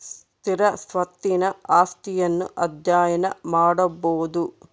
ಸ್ಥಿರ ಸ್ವತ್ತಿನ ಆಸ್ತಿಯನ್ನು ಅಧ್ಯಯನ ಮಾಡಬೊದು